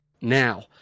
now